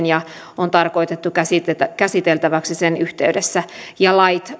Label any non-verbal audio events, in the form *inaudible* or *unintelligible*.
*unintelligible* ja on tarkoitettu käsiteltäväksi sen yhteydessä lait